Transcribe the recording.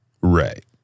Right